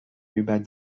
über